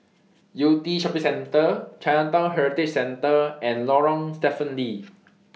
Yew Tee Shopping Centre Chinatown Heritage Centre and Lorong Stephen Lee